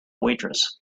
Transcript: waitress